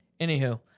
Anywho